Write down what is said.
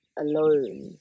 alone